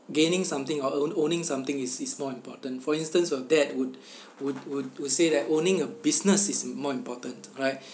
gaining something or own owning something is is more important for instance your dad would would would would say that owning a business is more important right